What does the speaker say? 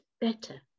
better